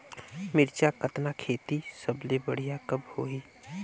मिरचा कतना खेती सबले बढ़िया कब होही?